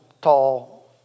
tall